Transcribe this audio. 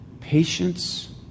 patience